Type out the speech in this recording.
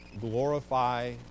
glorify